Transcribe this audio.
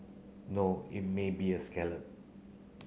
no it may be a scallop